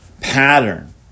pattern